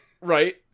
Right